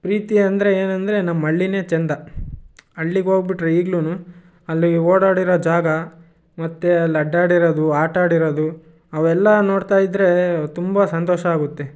ಪ್ರೀತಿ ಅಂದರೆ ಏನು ಅಂದರೆ ನಮ್ಮ ಹಳ್ಳಿನೇ ಚೆಂದ ಹಳ್ಳಿಗ್ ಹೋಗ್ಬಿಟ್ರೆ ಈಗ್ಲೂ ಅಲ್ಲಿ ಓಡಾಡಿರೋ ಜಾಗ ಮತ್ತು ಅಲ್ಲಿ ಅಡ್ಡಾಡಿರೋದು ಆಟಾಡಿರೋದು ಅವೆಲ್ಲ ನೋಡ್ತಾ ಇದ್ದರೆ ತುಂಬ ಸಂತೋಷ ಆಗುತ್ತೆ